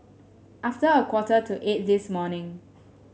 after a quarter to eight this morning